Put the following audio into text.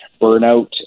burnout